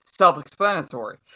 self-explanatory